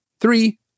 Three